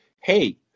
hey